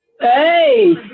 hey